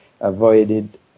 avoided